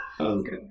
Okay